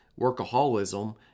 Workaholism